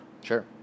Sure